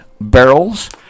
barrels